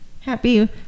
Happy